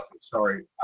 Sorry